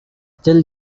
still